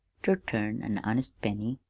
ter turn an honest penny,